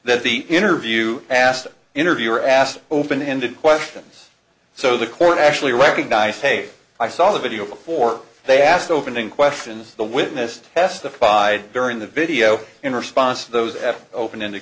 that the interview asked an interviewer asked open ended questions so the court actually recognise say i saw the video before they asked opening questions the witness testified during the video in response to those f open